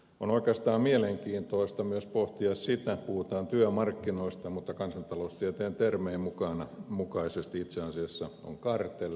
on oikeastaan mielenkiintoista myös pohtia sitä että puhutaan työmarkkinoista mutta kansantaloustieteen termien mukaisesti itse asiassa kyseessä on kartelli